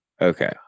Okay